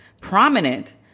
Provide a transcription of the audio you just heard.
Prominent